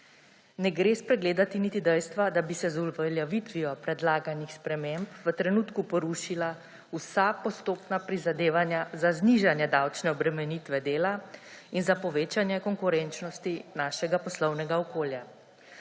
Ne gre spregledati niti dejstva, da bi se z uveljavitvijo predlaganih sprememb v trenutku porušila vsa postopna prizadevanja za znižanje davčne obremenitve dela in za povečanje konkurenčnosti našega poslovnega okolja.